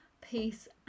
peace